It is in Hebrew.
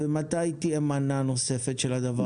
מתי תהיה מנה נוספת של הדבר הזה?